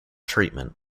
treatment